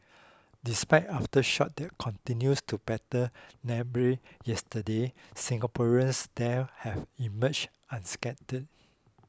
despite aftershocks that continued to batter Nepal yesterday Singaporeans there have emerged unscathed